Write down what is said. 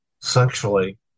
sexually